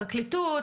שבפרקליטות,